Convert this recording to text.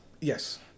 Yes